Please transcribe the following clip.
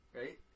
right